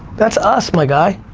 that's us, my guy,